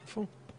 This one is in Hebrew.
צרפת,